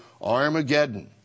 Armageddon